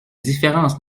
différence